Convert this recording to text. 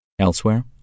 Elsewhere